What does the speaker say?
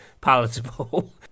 palatable